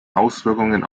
auswirkungen